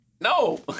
no